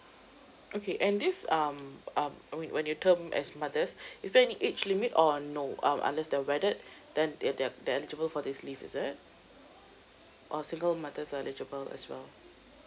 okay and this um um when you when you term as mothers is there any age limit or no um unless they're wedded then they're they're they're eligible for this leave is it or single mothers are eligible as well